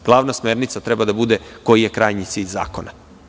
Glavna smernica treba da bude koji je krajnji cilj zakona.